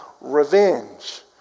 revenge